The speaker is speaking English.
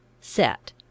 set